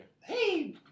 Hey